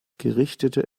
gerichtete